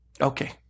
okay